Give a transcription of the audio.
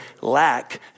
lack